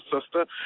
sister